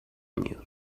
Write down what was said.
you